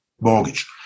mortgage